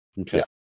Okay